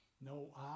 no